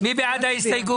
מי בעד ההסתייגות?